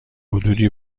حدودی